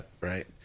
Right